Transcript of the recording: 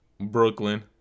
Brooklyn